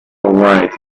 wise